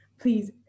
please